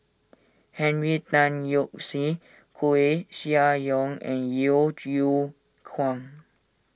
Henry Tan Yoke See Koeh Sia Yong and Yeo Yeow Kwang